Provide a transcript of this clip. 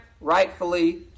rightfully